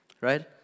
Right